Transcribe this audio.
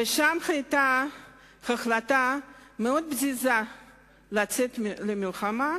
ושם היתה החלטה מאוד פזיזה לצאת למלחמה,